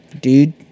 Dude